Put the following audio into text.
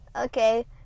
Okay